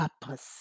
purpose